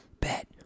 bet